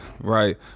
Right